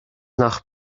nach